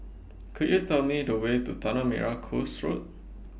Could YOU Tell Me The Way to Tanah Merah Coast Road